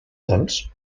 doncs